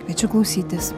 kviečiu klausytis